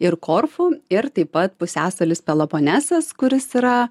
ir korfų ir taip pat pusiasalis peloponesas kuris yra